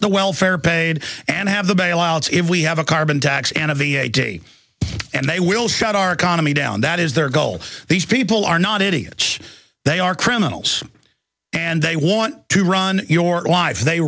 the welfare paid and have the bailouts if we have a carbon tax and a v a g and they will shut our economy down that is their goal these people are not idiots they are criminals and they want to run your life they